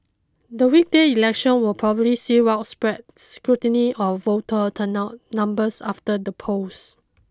the weekday election will probably see widespread scrutiny of voter turnout numbers after the polls